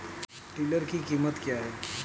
Tiller की कीमत क्या है?